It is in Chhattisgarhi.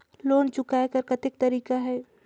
लोन चुकाय कर कतेक तरीका है?